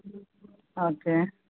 okay